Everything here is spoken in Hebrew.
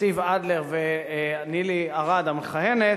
סטיב אדלר ונילי ארד המכהנת,